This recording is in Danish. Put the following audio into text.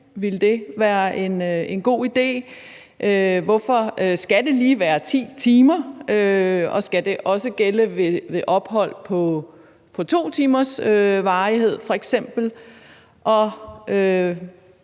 Ville det være en god idé? Hvorfor skal det lige være 10 timer, og skal det også gælde ved ophold af 2 timers varighed f.eks.?